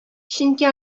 чөнки